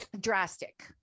drastic